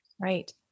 Right